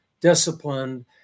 disciplined